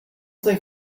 think